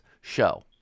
show